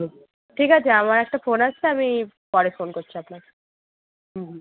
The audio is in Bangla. হুম ঠিক আছে আমার একটা ফোন আসছে আমি পরে ফোন করছি আপনাকে হুম হুম